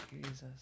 Jesus